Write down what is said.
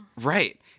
Right